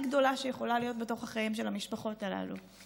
גדולה שיכולה להיות בתוך החיים של המשפחות הללו.